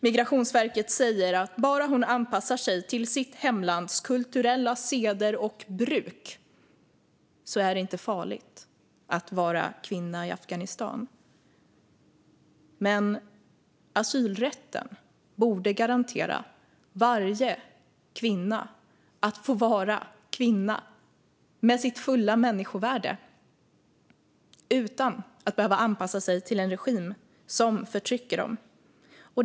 Migrationsverket säger att bara hon anpassar sig till sitt hemlands kulturella seder och bruk är det inte farligt att vara kvinna i Afghanistan. Men asylrätten borde garantera varje kvinna hennes fulla människovärde utan krav på anpassning till en regim som förtrycker henne.